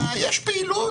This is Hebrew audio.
יש פעילות,